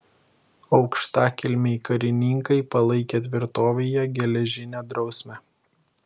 aukštakilmiai karininkai palaikė tvirtovėje geležinę drausmę